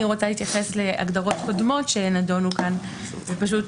אני רוצה להתייחס להגדרות קודמות שנדונו כאן ופשוט